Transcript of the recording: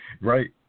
right